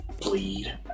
bleed